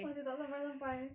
masih tak sampai-sampai